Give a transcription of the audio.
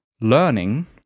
learning